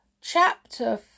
Chapter